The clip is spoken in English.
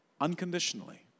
unconditionally